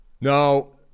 No